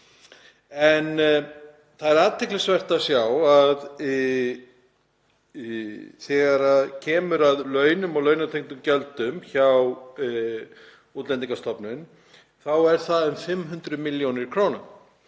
Það er athyglisvert að sjá að þegar kemur að launum og launatengdum gjöldum hjá Útlendingastofnun eru það um 500 millj. kr.